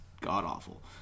god-awful